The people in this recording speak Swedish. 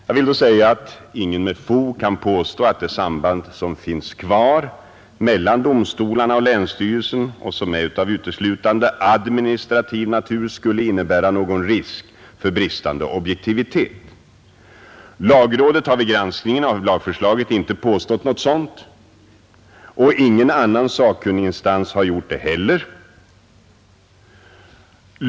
Jag vill säga att ingen med fog kan påstå, att det samband som finns kvar mellan domstolarna och länsstyrelsen och som är av uteslutande administrativ natur skulle innebära någon risk för bristande objektivitet. Lagrådet har vid granskningen av lagförslaget inte påstått något sådant, och ingen annan sakkunniginstans har gjort det heller.